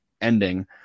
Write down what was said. ending